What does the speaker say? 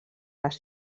les